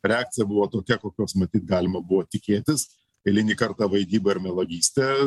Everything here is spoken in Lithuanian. reakcija buvo tokia kokios matyt galima buvo tikėtis eilinį kartą vaidyba ir melagystė